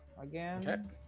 again